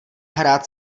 hrát